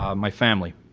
um my family.